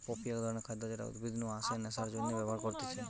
poppy এক ধরণের খাদ্য যেটা উদ্ভিদ নু আসে নেশার জন্যে ব্যবহার করতিছে